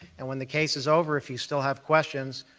and when the case is over, if you still have questions,